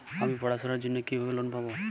আমি পড়াশোনার জন্য কিভাবে লোন পাব?